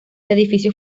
edificio